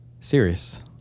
serious